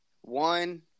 One